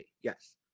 Yes